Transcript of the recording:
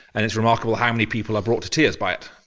and it's remarkable how many people are brought to tears by it.